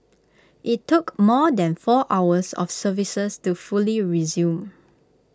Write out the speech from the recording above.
IT took more than four hours of services to fully resume